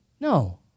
No